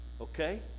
okay